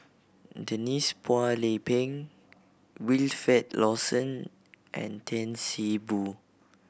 Denise Phua Lay Peng Wilfed Lawson and Tan See Boo